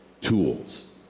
tools